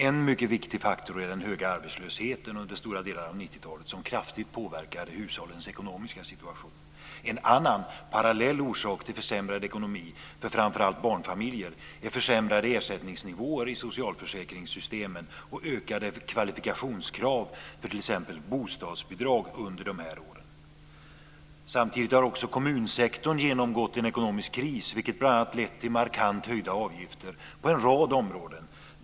En mycket viktig faktor är den höga arbetslösheten under stora delar av 90-talet, som kraftigt påverkade hushållens ekonomiska situation. En annan parallell orsak till försämrad ekonomi för framför allt barnfamiljer är försämrade ersättningsnivåer i socialförsäkringssystemen och ökade kvalifikationskrav för t.ex. bostadsbidrag under dessa år. Samtidigt har också kommunsektorn genomgått en ekonomisk kris, vilket bl.a. lett till markant höjda avgifter på en rad områden.